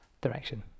direction